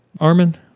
Armin